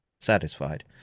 satisfied